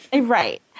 Right